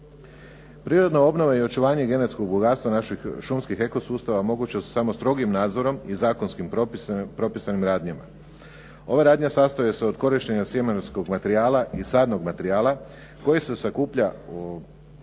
Prirodna obnova i očuvanje genetskog bogatstva naših šumskih eko sustava moguća su samo strogim nadzorom i zakonskim propisanim radnjama. Ova radnja sastoji se od korištenja sjemenskog materijala i sadnog materijala koji se sakuplja,